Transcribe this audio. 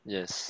Yes